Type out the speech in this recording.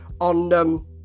on